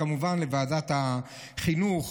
כמובן לוועדת החינוך,